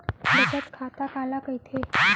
बचत खाता काला कहिथे?